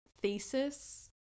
thesis